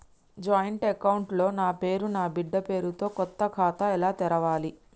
Joint account లో నా పేరు నా బిడ్డే పేరు తో కొత్త ఖాతా ఎలా తెరవాలి?